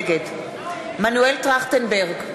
נגד מנואל טרכטנברג,